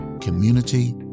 community